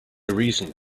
reason